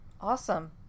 Awesome